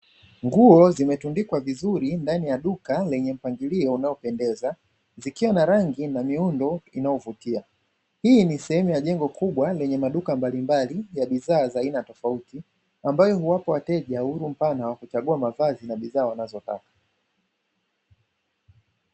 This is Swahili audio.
Nguo zimetundikwa vizuri ndani ya duka lenye mpangilio unaopendeza zikiwa na rangi na miundo iliovutia. Hii ni sehemu ya duka kubwa yenye maduka mbalimbali ya bidhaa za aina tofauti, ambayo huwapa wateja uhuru mpana wakuchagua mavadhi na bidhaa wanazotaka.